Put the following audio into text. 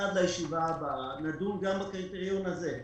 שעד הישיבה הבאה נדון גם בקריטריון הזה.